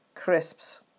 crisps